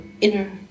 inner